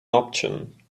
option